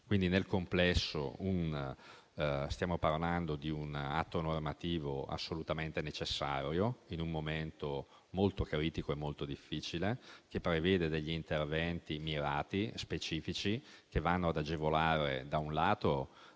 Camera. Nel complesso stiamo parlando di un atto normativo assolutamente necessario in un momento molto critico e molto difficile, che prevede interventi mirati e specifici che, da un lato, agevolano il rapporto